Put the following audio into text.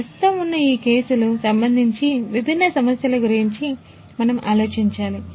ప్రస్తుతం ఉన్న ఈ కేసులు సంబంధించి విభిన్న సమస్యల గురించి మనము ఆలోచించాలి